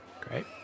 Great